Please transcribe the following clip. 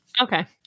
Okay